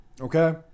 okay